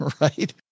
right